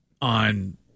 on